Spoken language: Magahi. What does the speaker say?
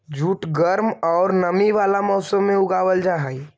जूट गर्म औउर नमी वाला मौसम में उगावल जा हई